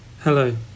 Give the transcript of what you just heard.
Hello